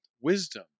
wisdom